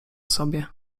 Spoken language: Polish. sobie